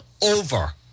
over